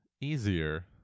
easier